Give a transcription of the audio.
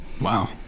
Wow